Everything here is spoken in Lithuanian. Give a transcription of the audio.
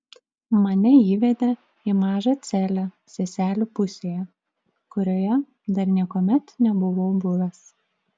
mane įvedė į mažą celę seselių pusėje kurioje dar niekuomet nebuvau buvęs